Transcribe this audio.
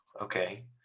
okay